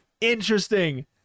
Interesting